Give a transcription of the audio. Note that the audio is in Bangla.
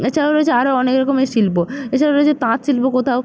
এছাড়াও রয়েছে আরো অনেক রকমের শিল্প এছাড়াও রয়েছে তাঁত শিল্প কোথাও